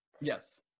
Yes